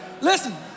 Listen